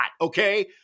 okay